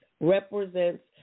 represents